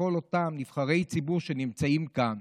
לכל אותם נבחרי ציבור שנמצאים כאן,